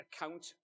account